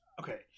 Okay